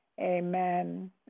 Amen